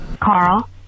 Carl